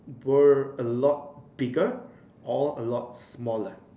were a lot bigger or a lot smaller